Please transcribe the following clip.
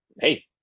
hey